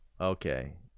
okay